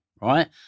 right